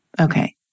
Okay